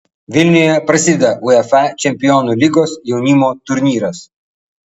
vilniuje prasideda uefa čempionų lygos jaunimo turnyras